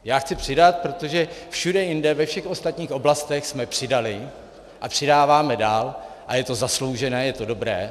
Já chci přidat, protože všude jinde, ve všech ostatních oblastech, jsme přidali a přidáváme dál a je to zasloužené, je to dobré.